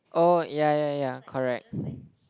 oh ya ya ya correct